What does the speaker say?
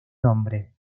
nombre